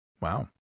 Wow